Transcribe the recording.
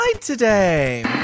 today